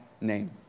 name